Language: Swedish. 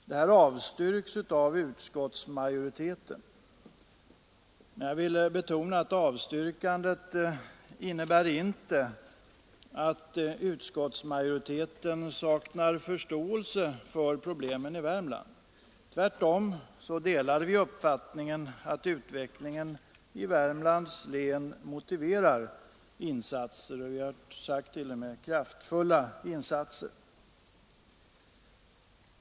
Detta avstyrks emellertid av utskottsmajoriteten, men jag vill betona att avstyrkandet inte innebär att utskottsmajoriteten saknar förståelse för problemen i Värmland — tvärtom delar vi uppfattningen, att utvecklingen i Värmlands län motiverar insatser; vi har t.o.m. talat om kraftfulla insatser.